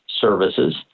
services